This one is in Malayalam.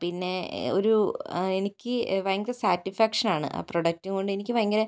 പിന്നെ ഒരു എനിക്ക് ഭയങ്കര സാറ്റിസ്ഫാക്ഷനാണ് ആ പ്രൊഡക്റ്റും കൊണ്ട് എനിക്ക് ഭയങ്കര